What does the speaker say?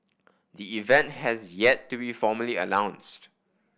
the event has yet to be formally announced